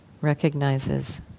Recognizes